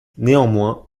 néanmoins